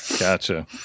Gotcha